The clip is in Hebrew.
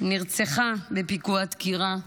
נרצחה בפיגוע דקירה.